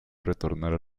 retornar